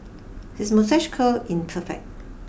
his moustache curl in perfect